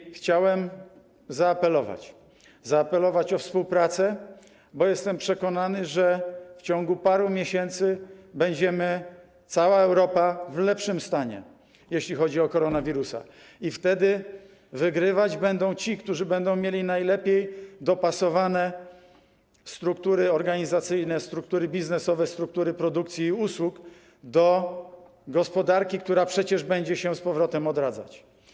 I chciałem zaapelować o współpracę, bo jestem przekonany, że w ciągu paru miesięcy będziemy, cała Europa, w lepszym stanie, jeśli chodzi o koronawirusa, i wtedy wygrywać będą ci, którzy będą mieli najlepiej dopasowane struktury organizacyjne, struktury biznesowe, struktury produkcji i usług do gospodarki, która przecież będzie się odradzać.